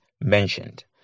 mentioned